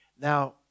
Now